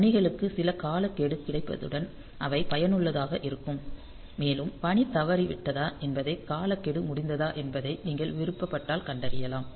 பணிகளுக்கு சில காலக்கெடு கிடைத்தவுடன் அவை பயனுள்ளதாக இருக்கும் மேலும் பணி தவறவிட்டதா என்பது காலக்கெடு முடிந்ததா என்பதை நீங்கள் விருப்பப்பட்டால் கண்டறியலாம்